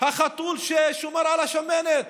חתול ששומר על השמנת.